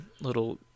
little